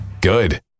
Good